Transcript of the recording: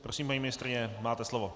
Prosím, paní ministryně, máte slovo.